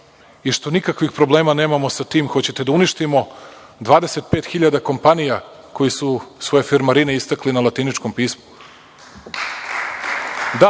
i što nikakvih problema nemamo sa tim. Hoćete da uništimo 25.000 kompanija koje su svoje firmarine istakle na latiničkom pismu? Da?